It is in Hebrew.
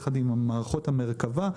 יחד עם מערכות המרכב"ה,